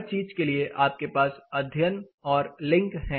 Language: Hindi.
हर चीज के लिए आपके पास अध्ययन और लिंक है